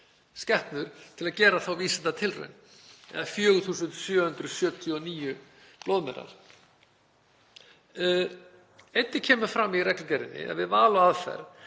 skepnur til að gera þá vísindatilraun, eða 4.779 blóðmerar. Einnig kemur fram í reglugerðinni um val á aðferðum